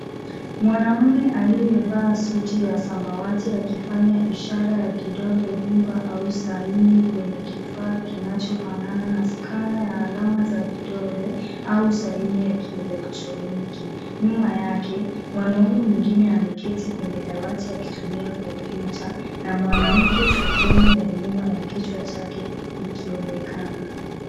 Mwanaume aliyevaa suti ya samawati akifanya ishara ya kidole gumba au saini kwenye kifaa kinachofanana na scanner ya alama za vidole au saini ya kieletroniki. Nyuma yake mwanaume mwingine ameketi kwenye dawati akitumia kompyuta na mwanamke sehemu ya nyuma ya kichwa chake ikionekana.